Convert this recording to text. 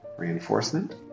reinforcement